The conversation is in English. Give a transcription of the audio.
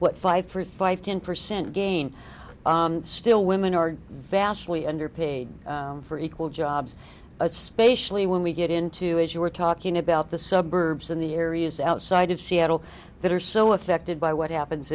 what five for five ten percent gain still women are vastly underpaid for equal jobs spatially when we get into as you were talking about the suburbs in the areas outside of seattle that are so affected by what happens